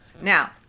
Now